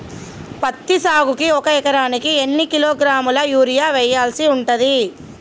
పత్తి సాగుకు ఒక ఎకరానికి ఎన్ని కిలోగ్రాముల యూరియా వెయ్యాల్సి ఉంటది?